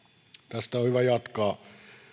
tästä on hyvä jatkaa